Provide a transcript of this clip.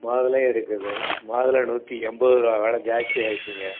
மாதுளையும் இருக்குது மாதுளை நூற்றி எண்பது ரூபா வெலை ஜாஸ்தியாயிருச்சுங்க